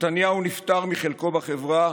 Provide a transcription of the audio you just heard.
נתניהו נפטר מחלקו בחברה